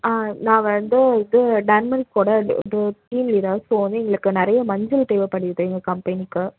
ஆ நான் வந்து இது டர்மரிக் ஓட டீம் லீடர் ஸோ வந்து எங்களுக்கு நிறைய மஞ்சள் தேவைப்படுது எங்கள் கம்பெனிக்கு